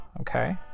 okay